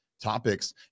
topics